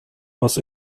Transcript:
was